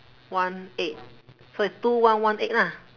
one eight so it's two one one eight ah